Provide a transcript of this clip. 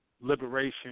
liberation